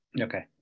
Okay